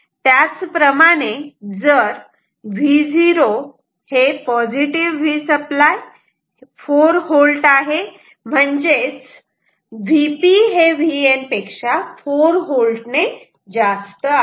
त्याचप्रमाणे जर V0 Vसप्लाय 4V आहे म्हणजे च Vp हे Vn पेक्षा 4V ने जास्त आहे